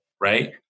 right